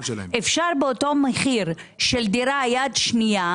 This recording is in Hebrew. באותו המחיר של דירה יד שנייה